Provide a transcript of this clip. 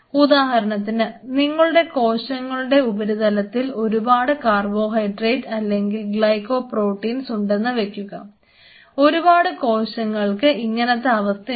ഉദാഹരണത്തിന് നിങ്ങളുടെ കോശങ്ങളുടെ ഉപരിതലത്തിൽ ഒരുപാട് കാർബോഹൈഡ്രേറ്റ് അല്ലെങ്കിൽ ഗ്ലൈക്കോപ്രോട്ടീൻസ് ഉണ്ടെന്ന് വയ്ക്കുക ഒരുപാട് കോശങ്ങൾക്ക് ഇങ്ങനത്തെ അവസ്ഥയുണ്ട്